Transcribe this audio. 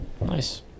Nice